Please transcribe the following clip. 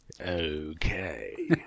Okay